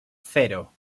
cero